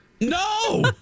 No